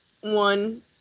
one